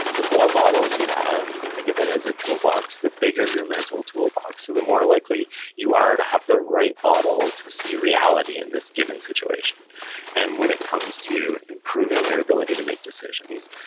the more models you have you can think of it as a toolbox the bigger your mental toolbox, so the more likely you are to have the right model to see reality in this given situation and, when it comes to improving your ability to make decisions,